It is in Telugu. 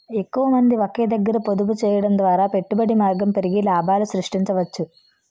ఎక్కువమంది ఒకే దగ్గర పొదుపు చేయడం ద్వారా పెట్టుబడి మార్గం పెరిగి లాభాలు సృష్టించవచ్చు